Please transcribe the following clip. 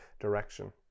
direction